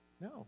No